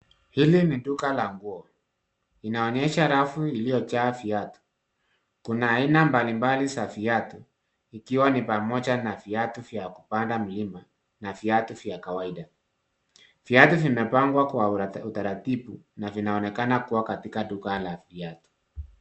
Hili ni duka la nguo. Linaonyesha rafu iliyojaa viatu. Kuna aina mbalimbali za viatu ikiwa ni pamoja na viatu vya kupanda mlima na viatu vya kawaida. Viatu vimepangwa kwa utaratibu na vinaonekana kuwa katika duka la viatu.